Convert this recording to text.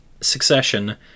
succession